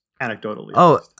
anecdotally